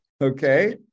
Okay